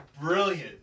brilliant